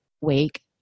wake